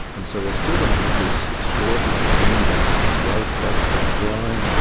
and so we're still going to have this extraordinary boom-bust of growth followed by drying,